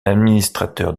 administrateur